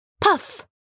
puff